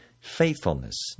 faithfulness